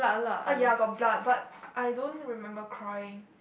ah ya got blood but I don't remember crying